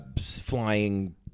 flying